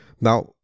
Now